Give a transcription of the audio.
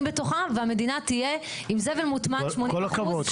בתוכה והמדינה תהיה עם זבל מוטמן 80%. כל הכבוד,